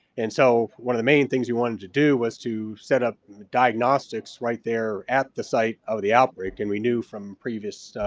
and so one of the main things we wanted to do was to set up the diagnostics right there at the site of the outbreak and we knew from previous